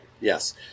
yes